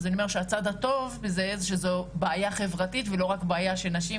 אז אני אומרת שהצד הטוב בזה שזו בעיה חברתית ולא רק בעיה של נשים,